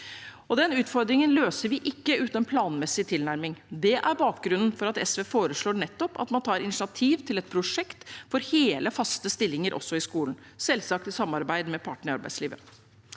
Den utfordringen løser vi ikke uten en planmessig tilnærming. Det er bakgrunnen for at SV foreslår at man tar initiativ til et prosjekt for hele, faste stillinger også i skolen, selvsagt i samarbeid med partene i arbeidslivet.